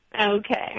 Okay